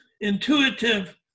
intuitive